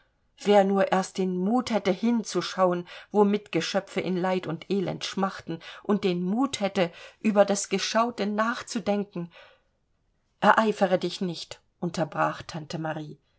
wer nur erst den mut hätte hinzuschauen wo mitgeschöpfe in leid und elend schmachten und den mut hätte über das geschaute nachzudenken ereifere dich nicht unterbrach tante marie